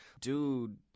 Dude